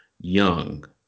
young